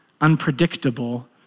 unpredictable